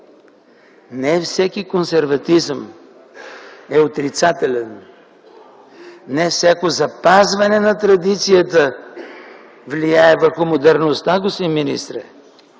Не всеки консерватизъм е отрицателен, не всяко запазване на традицията влияе върху модерността, господин министре.